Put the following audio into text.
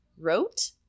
wrote